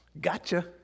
Gotcha